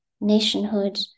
nationhood